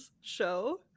show